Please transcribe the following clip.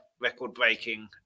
record-breaking